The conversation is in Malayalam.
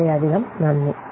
വളരെയധികം നന്ദി